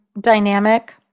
dynamic